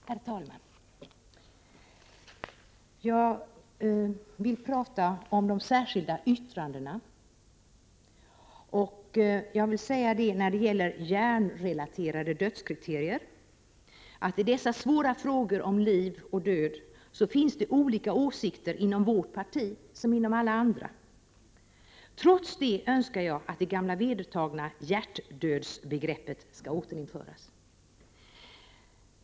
Herr talman! Jag vill beröra de särskilda yttrandena. I de svåra frågor om liv och död som de hjärnrelaterade dödskriterierna ger upphov till finns det olika åsikter inom vårt parti så väl som inom alla andra. Trots det önskar jag att det gamla vedertagna hjärtdödsbegreppet skall återinföras.